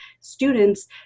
students